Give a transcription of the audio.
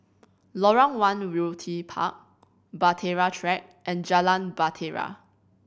Lorong One Realty Park Bahtera Track and Jalan Bahtera